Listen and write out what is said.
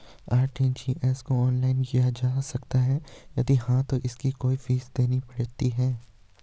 RTGS को online किया जा सकता है यदि हाँ तो इसकी कोई फीस देनी पड़ती है?